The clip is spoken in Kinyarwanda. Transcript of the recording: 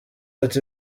ati